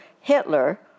Hitler